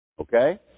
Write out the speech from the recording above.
Okay